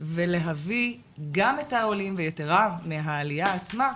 ולהביא גם את העולים, ויתרה מהעלייה עצמה,